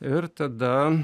ir tada